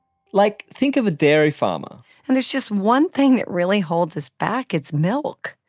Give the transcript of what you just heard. like think of a dairy farmer and there's just one thing that really holds us back. it's milk.